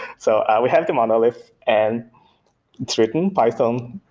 so ah we have the monolith and it's written, python,